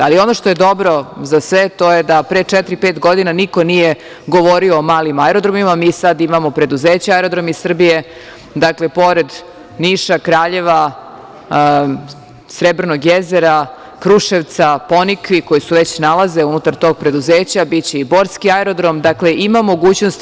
Ali, ono što je dobro za sve, to je da pre četiri, pet godina niko nije govorio o malim aerodromima, mi sada imamo preduzeća „Aerodromi Srbije“, dakle, pored Niša, Kraljeva, Srebrnog jezera, Kruševca, Ponikvi koji se već nalaze unutar tog preduzeća, biće i Borski aerodrom, dakle, ima mogućnosti.